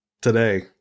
today